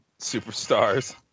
superstars